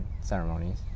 ceremonies